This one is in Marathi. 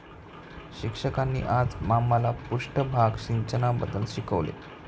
शिक्षकांनी आज आम्हाला पृष्ठभाग सिंचनाबद्दल शिकवले